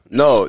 no